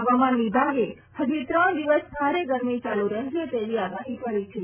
હવામાન વિભાગે હજી ત્રણ દિવસ ભારે ગરમી ચાલુ રહેશે તેવી આગાહી કરી છે